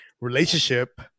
relationship